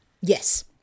Yes